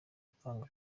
atanga